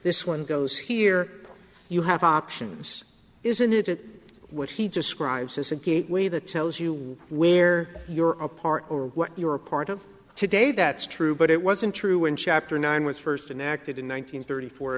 this one goes here you have options isn't it what he describes as a gateway that tells you where you're a part or what you are a part of today that's true but it wasn't true in chapter nine was first and acted in one thousand thirty four